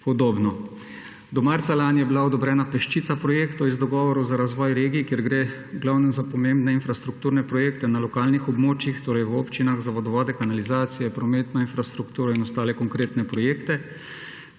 podobno. Do marca lani je bila odobrena peščica projektov iz dogovorov za razvoj regij, kjer gre v glavnem za pomembne infrastrukturne projekte na lokalnih območjih, torej v občinah za vodovode, kanalizacijo, prometno infrastrukturo in ostale konkretne projekte.